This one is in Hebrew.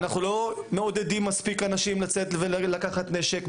אנחנו לא מעודדים מספיק אנשים לצאת ולקחת נשק,